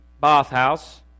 bathhouse